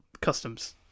customs